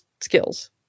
skills